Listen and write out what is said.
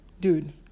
Dude